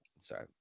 sorry